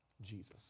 Jesus